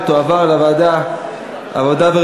והיא תועבר לוועדת העבודה,